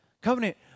Covenant